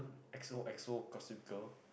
X O X O Gossip Girl